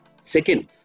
Second